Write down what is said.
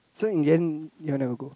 so in the end you all never go